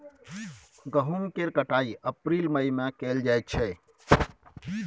गहुम केर कटाई अप्रील मई में कएल जाइ छै